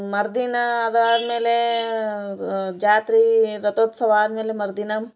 ಮರ್ದಿನ ಅದು ಆದ್ಮೇಲೆ ಅದು ಜಾತ್ರೆ ರಥೋತ್ಸವ ಆದಮೇಲೆ ಮರುದಿನ